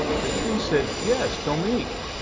patrice said, yes dominique!